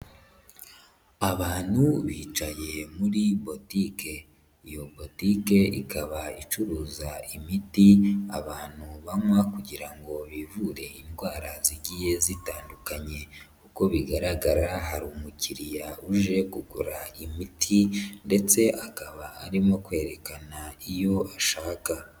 Abantu bicaye muri botiki, iyo botki ikaba icuruza imiti abantu banywa kugira ngo bivure indwara zigiye zitandukanye, uko bigaragara hari umukiriya uje kugura imiti ndetse akaba arimo kwerekana iyo ashaka.